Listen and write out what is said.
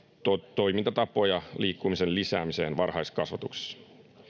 toimintatapoja liikkumisen lisäämiseen varhaiskasvatuksessa